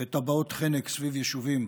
וטבעות חנק סביב יישובים,